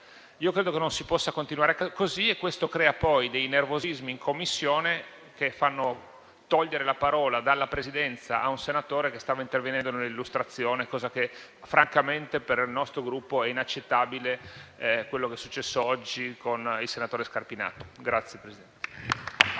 Credo che non si possa continuare così. Questo crea poi dei nervosismi in Commissione che fanno togliere la parola dalla Presidenza a un senatore che stava intervenendo per una illustrazione; francamente per il nostro Gruppo è inaccettabile quanto accaduto oggi con il senatore Scarpinato.